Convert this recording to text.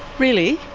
really?